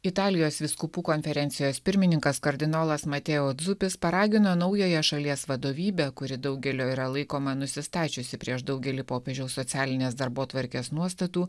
italijos vyskupų konferencijos pirmininkas kardinolas mateo dzupis paragino naująją šalies vadovybę kuri daugelio yra laikoma nusistačiusi prieš daugelį popiežiaus socialinės darbotvarkės nuostatų